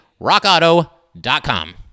rockauto.com